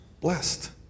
blessed